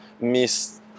miss